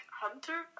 hunter